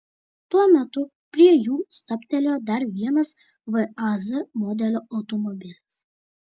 tuo metu prie jų stabtelėjo dar vienas vaz modelio automobilis